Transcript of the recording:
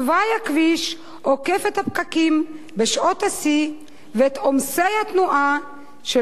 תוואי הכביש עוקף את הפקקים בשעות השיא ואת עומסי התנועה של